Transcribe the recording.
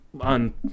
on